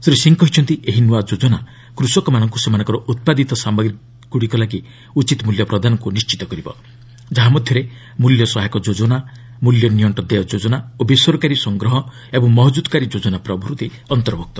ଶ୍ରୀ ସିଂ କହିଛନ୍ତି ଏହି ନୂଆ ଯୋଜନା କୃଷକମାନଙ୍କୁ ସେମାନଙ୍କର ଉତ୍ପାଦିତ ସାମଗ୍ରୀଗୁଡ଼ିକ ଲାଗି ଉଚିତ ମୂଲ୍ୟ ପ୍ରଦାନକୁ ନିଶ୍ଚିତ କରିବ ଯାହାମଧ୍ୟରେ ମୂଲ୍ୟ ସହାୟକ ଯୋଜନା ମୂଲ୍ୟ ନିଅକ୍କ ଦେୟ ଯୋଜନା ଓ ବେସରକାରୀ ସଂଗ୍ରହ ଏବଂ ମହକୁଦ୍କାରୀ ଯୋଜନା ପ୍ରଭୂତି ଅନ୍ତର୍ଭୁକ୍ତ